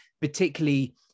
particularly